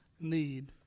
need